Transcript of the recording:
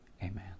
Amen